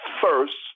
first